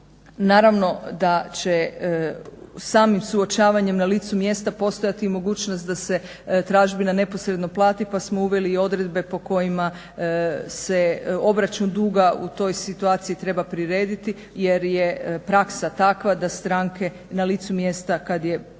Naravno da će samim suočavanjem na licu mjesta postojati i mogućnost da se tražbina neposredno plati, pa smo uveli i odredbe po kojima se obračun duga u toj situaciji treb prirediti, jer je praksa takva da stranke na licu mjesta kad se dođe